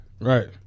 Right